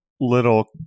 little